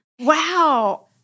Wow